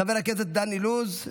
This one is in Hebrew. חבר הכנסת דן אילוז,